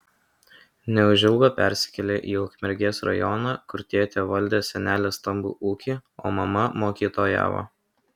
neužilgo persikėlė į ukmergės rajoną kur tėtė valdė senelės stambų ūkį o mama mokytojavo